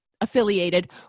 affiliated